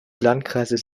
landkreises